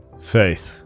Faith